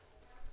לא.